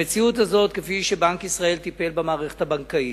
המציאות הזו כפי שבנק ישראל טיפל במערכת הבנקאית,